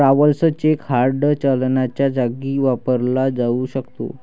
travellers cheque hard चलनाच्या जागी वापरला जाऊ शकतो